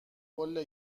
قله